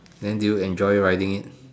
then do you enjoy riding it